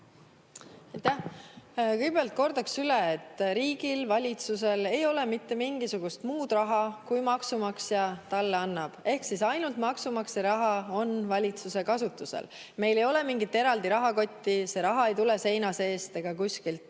Kõigepealt kordan üle, et riigil, valitsusel ei ole mitte mingisugust muud raha kui see, mis maksumaksja talle annab. Ehk siis ainult maksumaksja raha saab valitsus kasutada. Meil ei ole mingit eraldi rahakotti. See raha ei tule seina seest ega kuskilt